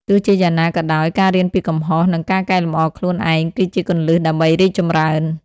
ទោះជាយ៉ាងណាក៏ដោយ ការរៀនពីកំហុស និងការកែលម្អខ្លួនឯងគឺជាគន្លឹះដើម្បីរីកចម្រើន។